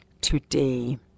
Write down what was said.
today